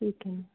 ਠੀਕ ਹੈ